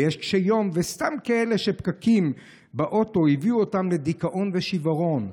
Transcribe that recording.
ויש קשי יום וסתם כאלה שהפקקים באוטו הביאו אותם לדיכאון ושברון.